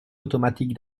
automatique